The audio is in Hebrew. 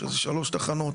שלוש תחנות.